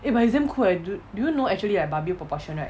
eh but it's damn cool leh do you know actually like barbie proportion right